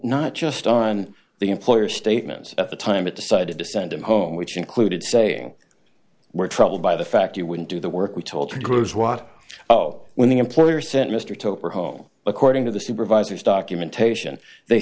not just on the employer statements at the time it decided to send him home which included saying we're troubled by the fact you wouldn't do the work we told proves what oh when the employer sent mr took her home according to the supervisor's documentation they